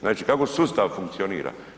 Znači kako sustav funkcionira?